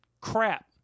crap